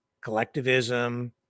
collectivism